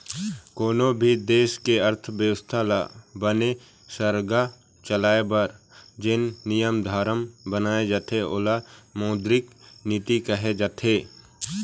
कोनों भी देश के अर्थबेवस्था ल बने सरलग चलाए बर जेन नियम धरम बनाए जाथे ओला मौद्रिक नीति कहे जाथे